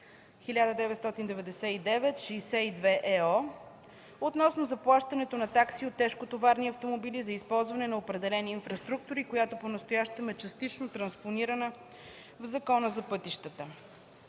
1999/62/ЕО относно заплащането на такси от тежкотоварни автомобили за използване на определени инфраструктури, която понастоящем е частично транспонирана в Закона за пътищата.